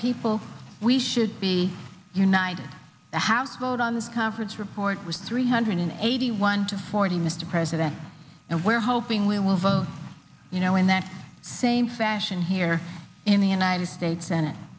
people we should be united the house vote on this conference report with three hundred eighty one to forty mr president and we're hoping we will vote you know in that same fashion here in the united states